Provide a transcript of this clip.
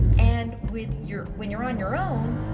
and with your when you're on your own,